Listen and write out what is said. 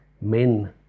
men